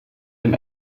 dem